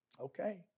Okay